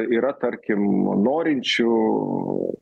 yra tarkim norinčių